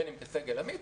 בין אם כסגל עמית,